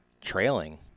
trailing